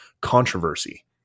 controversy